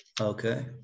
Okay